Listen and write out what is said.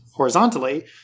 horizontally